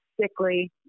sickly